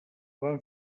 van